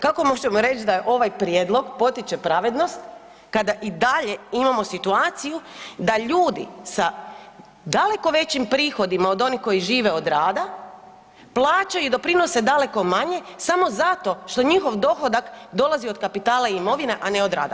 Kako možemo reć da ovaj prijedlog potiče pravednost kada i dalje imamo situaciju da ljudi sa daleko većim prihodima od onih koji žive od rada plaćaju i doprinose daleko manje samo zato što njihov dohodak dolazi od kapitala i imovine, a ne od rada?